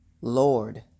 Lord